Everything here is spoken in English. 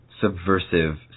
subversive